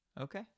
Okay